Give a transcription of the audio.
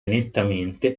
nettamente